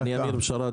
אני אמיר בשאראת,